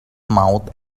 mouth